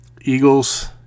Eagles